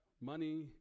money